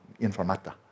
informata